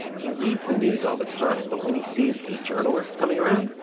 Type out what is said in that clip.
he reads the news all the time. but when he sees a journalist coming around,